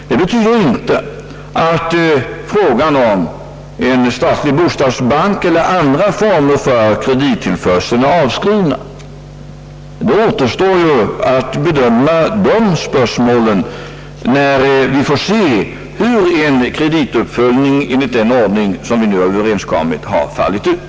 Detta betyder inte att frågan om en statlig bostadsbank eller andra former för kredittillförsel till byggandet är avskrivna. Det återstår att bedöma dessa spörsmål när vi får se hur kredituppföljningen enligt den ordning, som vi har överenskommit om, har fallit ut.